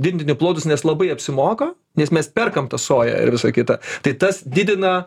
didinti plotus nes labai apsimoka nes mes perkam tą soją ir visa kita tai tas didina